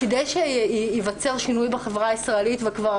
כדי שיווצר שינוי בחברה הישראלית וכבר